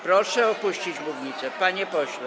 Proszę opuścić mównicę, panie pośle.